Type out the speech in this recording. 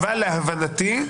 אבל, להבנתי,